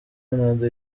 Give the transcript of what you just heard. ronaldo